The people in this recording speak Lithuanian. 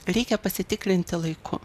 reikia pasitikrinti laiku